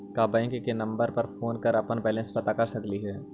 का बैंक के नंबर पर फोन कर के अपन बैलेंस पता कर सकली हे?